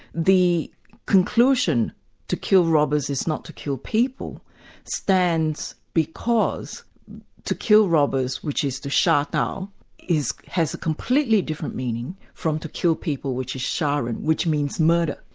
the conclusion to kill robbers is not to kill people stands because to kill robbers, which is to shadao has a completely different meaning from to kill people which is sharen, which means murder.